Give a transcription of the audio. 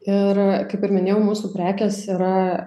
ir kaip ir minėjau mūsų prekės yra